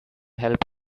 help